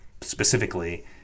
specifically